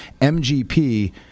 MGP